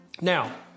Now